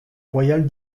royale